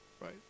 right